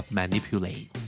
manipulate